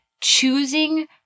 choosing